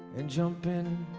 and jump in